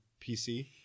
PC